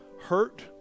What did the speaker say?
hurt